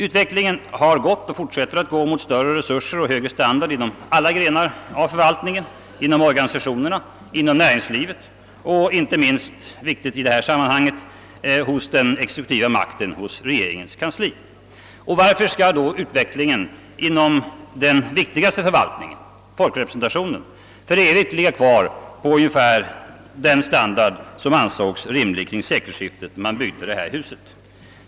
Utvecklingen har gått och fortsätter att gå mot större resurser och högre standard inom alla grenar av förvaltningen, inom organisationerna, näringslivet och inte minst hos den exekutiva makten, hos regeringens kansli. Varför skall då utvecklingen inom den viktigaste förvaltningen, folkrepresentationen, för evigt ligga kvar på ungefär den standard som ansågs rimlig omkring sekelskiftet när riksdagshuset byggdes?